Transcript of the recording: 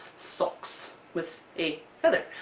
socks! with. a. feather!